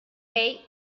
day